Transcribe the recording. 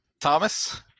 Thomas